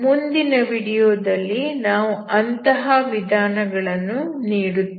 ಮುಂದಿನ ವಿಡಿಯೋ ದಲ್ಲಿ ನಾವು ಅಂತಹ ವಿಧಾನಗಳನ್ನು ನೀಡುತ್ತೇವೆ